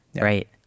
right